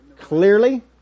clearly